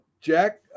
Jack